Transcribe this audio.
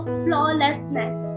flawlessness